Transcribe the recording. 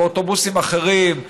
באוטובוסים אחרים,